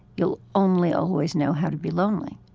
you'll only always know how to be lonely.